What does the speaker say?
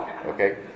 Okay